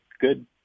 good